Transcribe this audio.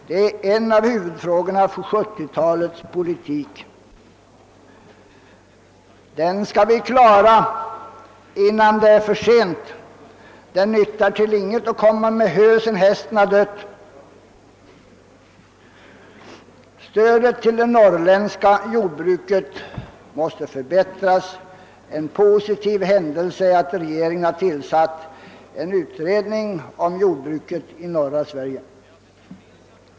Det är en av huvudfrågorna för 1970-talets politik och den skall vi klara innan det är för sent. Det nyttar till intet att komma med hö när hästen är död. Stödet till det norrländska jordbruket måste förbättras. En positiv händelse är att regeringen har tillsatt en utredning om jordbruket i norra Sverige.